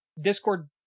Discord